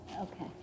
Okay